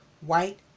white